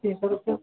तीस रुपये